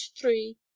three